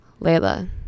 Layla